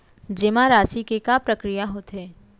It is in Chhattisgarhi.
जेमा राशि के का प्रक्रिया होथे?